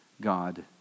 God